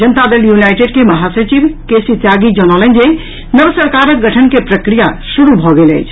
जनता Dal United के महासचिव K C Tyagi जनौलनि जे नव सरकारक गठन के प्रक्रिया शुरू भऽ गेल अछि